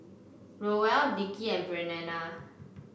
Roel Dickie and Breanna